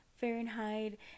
Fahrenheit